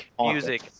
music